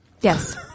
Yes